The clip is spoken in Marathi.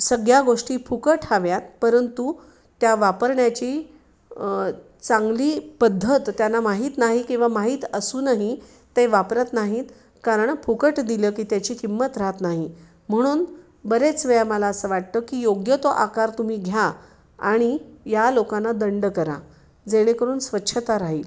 सगळ्या गोष्टी फुकट हव्या आहेत परंतु त्या वापरण्याची चांगली पद्धत त्यांना माहीत नाही किंवा माहीत असूनही ते वापरत नाहीत कारण फुकट दिलं की त्याची किंमत राहत नाही म्हणून बरेच वेळा मला असं वाटतं की योग्य तो आकार तुम्ही घ्या आणि या लोकांना दंड करा जेणेकरून स्वच्छता राहील